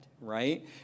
Right